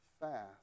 fast